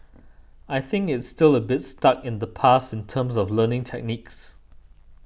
I think it's still a bit stuck in the past in terms of learning techniques